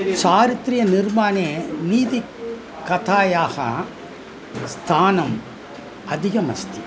चारित्र्यनिर्माणे नीतिकथायाः स्थानम् अधिकमस्ति